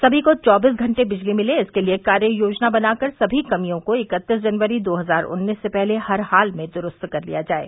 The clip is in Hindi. सभी को चौबीस घंटे बिजली मिले इसके लिये कार्य योजना बनाकर सभी कमियों को इकतीस जनवरी दो हजार उन्नीस से पहले हर हाल में द्रूस्त कर लिया जाये